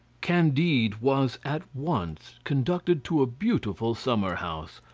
candide was at once conducted to a beautiful summer-house,